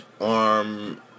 arm